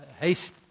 haste